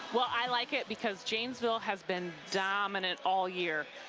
but i like it because janesville has been dominant all year.